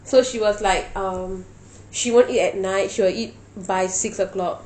so she was like um she won't eat at night she will eat by six o'clock